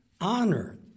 honor